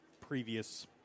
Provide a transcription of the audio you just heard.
previous